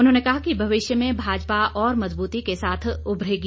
उन्होंने कहा कि भविष्य में भाजपा और मजबूती के साथ उभरेगी